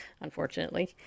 unfortunately